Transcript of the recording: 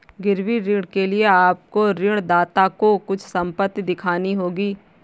गिरवी ऋण के लिए आपको ऋणदाता को कुछ संपत्ति दिखानी होगी